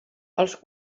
als